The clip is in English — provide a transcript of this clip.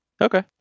Okay